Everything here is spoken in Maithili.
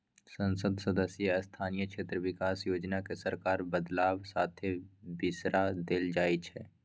संसद सदस्य स्थानीय क्षेत्र बिकास योजना केँ सरकार बदलब साथे बिसरा देल जाइ छै